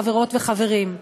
חברות וחברים.